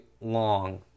long